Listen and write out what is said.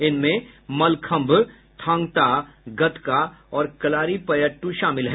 इनमें मलखम्भ थांग ता गतका और कलारीपयट्टू शामिल हैं